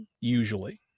usually